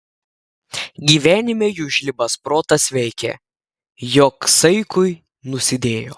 gyvenime jų žlibas protas veikė jog saikui nusidėjo